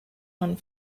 one